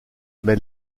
mais